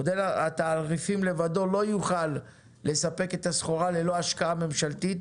מודל התעריפים לבדו לא יוכל לספק את הסחורה ללא השקעה ממשלתית,